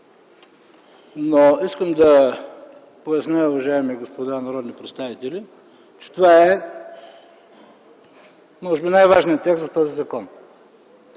Но искам да поясня, уважаеми господа народни представители, че това е може би най-важният текст в този закон